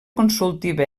consultiva